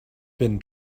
been